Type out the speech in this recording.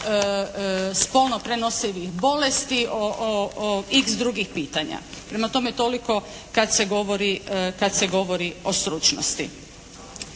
spolno prenosivih bolesti, o “iks“ drugih pitanja. Prema tome, toliko kad se govori o stručnosti.